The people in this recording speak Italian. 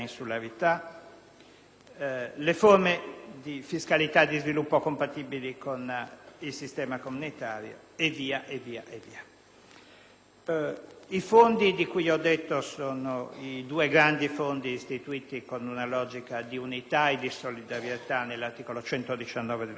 le forme di fiscalità e di sviluppo compatibili con il sistema comunitario e così via. I fondi di cui ho parlato sono i due grandi fondi istituiti con una logica di unità e di solidarietà nell'articolo 119 della Costituzione.